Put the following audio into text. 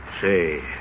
Say